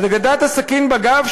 אגדת הסכין בגב,